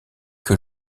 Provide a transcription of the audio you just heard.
que